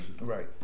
right